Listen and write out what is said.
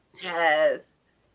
Yes